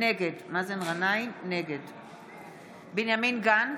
נגד בנימין גנץ,